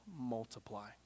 multiply